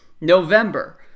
november